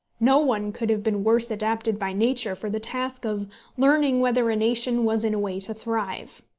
no one could have been worse adapted by nature for the task of learning whether a nation was in a way to thrive.